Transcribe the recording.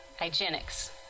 hygienics